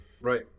Right